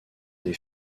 des